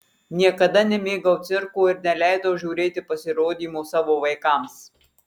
niekada nemėgau cirko ir neleidau žiūrėti pasirodymų savo vaikams